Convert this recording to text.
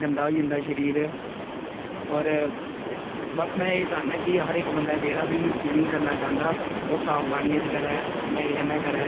गंदा होई जंदा शरीर और बस में एह् चाहन्ना कि हर इक बंदा जेहड़ा बी स्बिमिंग करना चांह्दा ओह् साफ पानियै च करै मजे कन्नै करे